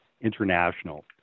international